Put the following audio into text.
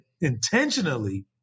intentionally